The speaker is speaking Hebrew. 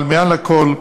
אבל מעל הכול,